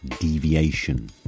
Deviation